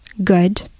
Good